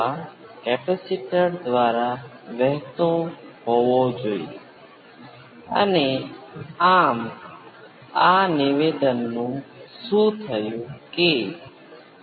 હું તેને માત્ર V p cos ω t 5 નો રિસ્પોન્સ કહું છું અને જો હું અહીં નિશાની કરતો હોત તો મને બીજું કંઈક મળશે જે V p sine ω t 5 નો રિસ્પોન્સ છે